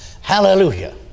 Hallelujah